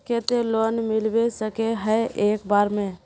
केते लोन मिलबे सके है एक बार में?